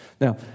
Now